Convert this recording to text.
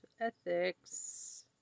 Ethics